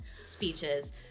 speeches